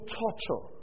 torture